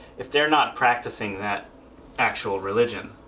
if they're not practicing that actual religion.